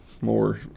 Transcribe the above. more